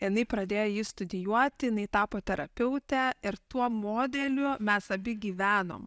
jinai pradėjo jį studijuoti jinai tapo terapeute ir tuo modeliu mes abi gyvenom